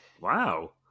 Wow